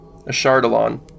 Ashardalon